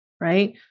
Right